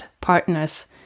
partners